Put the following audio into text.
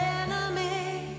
enemy